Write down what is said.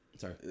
Sorry